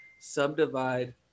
subdivide